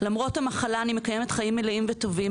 למרות המחלה אני מקיימת חיים מלאים וטובים,